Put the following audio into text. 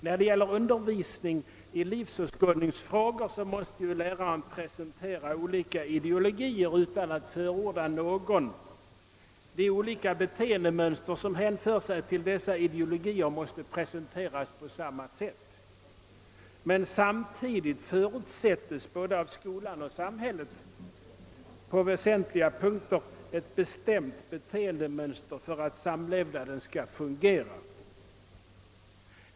När det gäller undervisning i livsåskådningsfrågor måste läraren presentera olika ideologier utan att förorda någon. De olika beteendemönster som hänför sig till dessa ideologier måste presenteras på samma sätt. Men samtidigt förutsättes både av skolan och samhället på väsentliga punkter ett bestämt beteendemönster för att samlevnaden skall fungera.